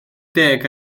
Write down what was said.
deg